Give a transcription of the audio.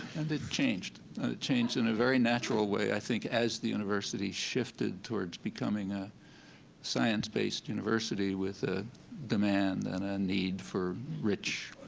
and it changed. it changed in a very natural way, i think, as the university shifted towards becoming a science based university with a demand and a need for rich